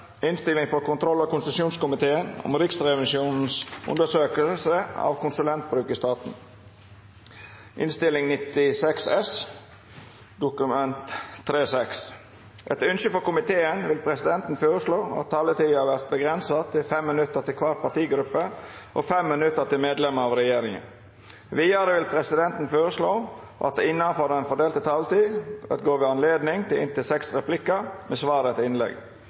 konstitusjonskomiteen vil presidenten føreslå at taletida vert avgrensa til 5 minutt til kvar partigruppe og 5 minutt til medlemer av regjeringa. Vidare vil presidenten føreslå at det – innanfor den fordelte taletida – vert gjeve anledning til replikkordskifte på inntil seks replikkar med svar etter innlegg